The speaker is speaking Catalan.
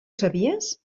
sabies